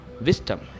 wisdom